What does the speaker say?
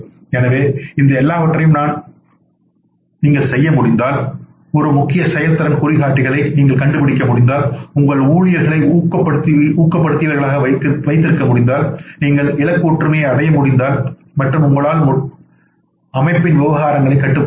எனவே இந்த எல்லாவற்றையும் நீங்கள் செய்ய முடிந்தால் ஒரு முக்கிய செயல்திறன் குறிகாட்டிகளை நீங்கள் கண்டுபிடிக்க முடிந்தால் உங்கள் ஊழியர்களை ஊக்கப்படுத்தியவர்களாக வைத்திருக்க முடிந்தால் நீங்கள் இலக்கு ஒற்றுமையை அடைய முடிந்தால் மற்றும் உங்களால் முடிந்தால் அமைப்பின் விவகாரங்களைக் கட்டுப்படுத்துங்கள்